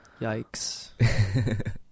Yikes